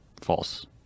false